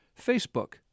Facebook